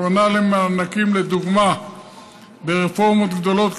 הכוונה לדוגמה למענקים מרפורמות גדולות,